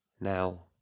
Now